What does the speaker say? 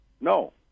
No